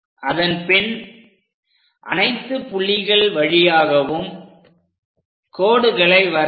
அதன்பின் அனைத்து புள்ளிகள் வழியாகவும் கோடுகளை வரைக